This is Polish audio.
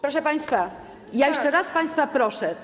Proszę państwa, jeszcze raz państwa proszę.